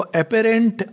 apparent